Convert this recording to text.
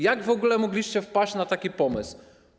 Jak w ogóle mogliście wpaść na taki pomysł?